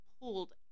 pulled